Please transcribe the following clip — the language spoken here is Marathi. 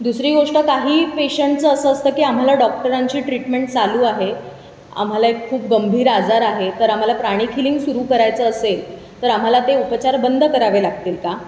दुसरी गोष्ट काही पेशंटचं असं असतं की आम्हाला डॉक्टरांची ट्रीटमेंट चालू आहे आम्हाला एक खूप गंभीर आजार आहे तर आम्हाला प्राणिक हिलिंग सुरु करायचं असेल तर आम्हाला ते उपचार बंद करावे लागतील का